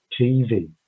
TV